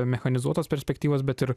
mechanizuotos perspektyvos bet ir